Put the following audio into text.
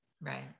Right